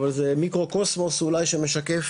אבל זה מיקרו קוסמוס אולי שמשקף